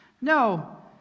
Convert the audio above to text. No